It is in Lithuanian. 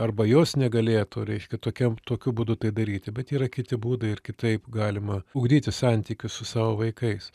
arba jos negalėtų reiškia tokiam tokiu būdu tai daryti bet yra kiti būdai ir kitaip galima ugdyti santykius su savo vaikais